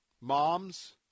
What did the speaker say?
moms